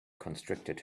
constricted